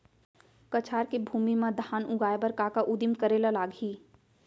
कछार के भूमि मा धान उगाए बर का का उदिम करे ला लागही?